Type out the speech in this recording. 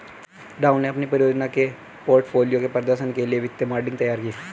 राहुल ने अपनी परियोजना के पोर्टफोलियो के प्रदर्शन के लिए वित्तीय मॉडलिंग तैयार की